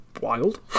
wild